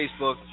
Facebook